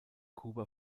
kuba